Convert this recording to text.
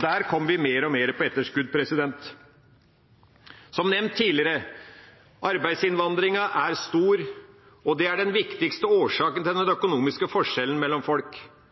Der kommer vi mer og mer på etterskudd. Som nevnt tidligere, arbeidsinnvandringen er stor, og det er den viktigste årsaken til den økonomiske forskjellen mellom folk.